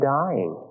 dying